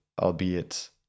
albeit